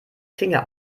finger